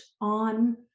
on